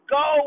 go